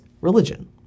religion